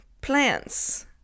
plants